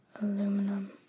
Aluminum